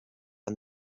and